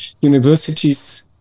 universities